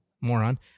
moron